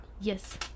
Yes